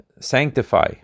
sanctify